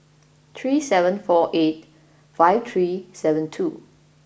three seven four eight five three seven two